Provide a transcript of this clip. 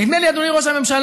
נדמה לי, אדוני ראש הממשלה,